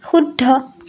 শুদ্ধ